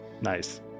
Nice